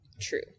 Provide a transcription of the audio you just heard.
true